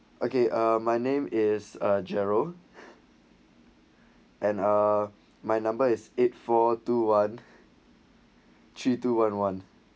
okay uh my name is uh gerald and uh my number is eight four two one three two one one